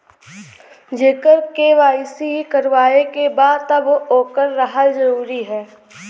जेकर के.वाइ.सी करवाएं के बा तब ओकर रहल जरूरी हे?